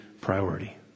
priority